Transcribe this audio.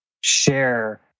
share